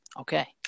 Okay